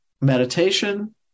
meditation